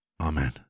Amen